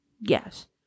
Yes